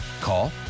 Call